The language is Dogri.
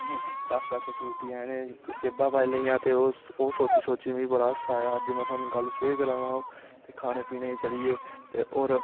दस दस फ्रूडियां इनें जेबा पाई लेईयां ते ओह् सोटी सोटी मीं बड़ा हास्सा आया ओह् गल्ल में अज्ज शेयर करा न तोआनू ते खानें पीनें गी चलिये ते होर